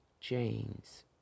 James